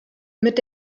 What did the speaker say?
mit